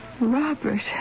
Robert